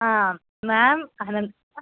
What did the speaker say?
ആ മാം അനന്ദ